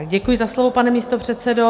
Děkuji za slovo, pane místopředsedo.